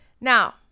Now